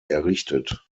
errichtet